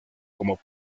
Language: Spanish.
como